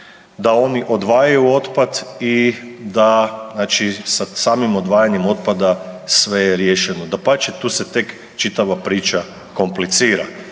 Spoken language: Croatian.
da oni odvajaju otpad i da znači samim odvajanjem otpada sve je riješeno. Dapače, tu se tek čitava priča komplicira.